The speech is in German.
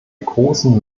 großen